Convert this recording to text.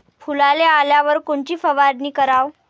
फुलाले आल्यावर कोनची फवारनी कराव?